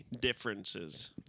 differences